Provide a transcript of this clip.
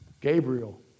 Gabriel